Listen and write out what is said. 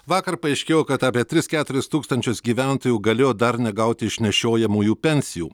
vakar paaiškėjo kad apie tris keturis tūkstančius gyventojų galėjo dar negauti išnešiojamųjų pensijų